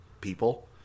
people